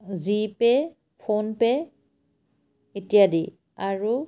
G pay PhonePe' ইত্যাদি আৰু